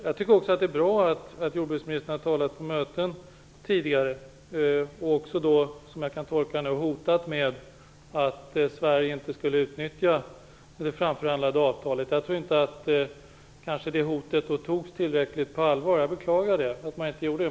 Jag tycker också att det är bra att jordbruksministern tidigare har talat på möten, varvid hon - som jag nu förstår - har hotat med att Sverige inte skulle utnyttja det framförhandlade avtalet. Jag tror att det hotet kanske inte tillräckligt togs på allvar, och det beklagar jag.